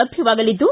ಲಭ್ಞವಾಗಲಿದ್ದು